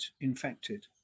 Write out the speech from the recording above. infected